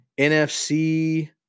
NFC